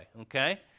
okay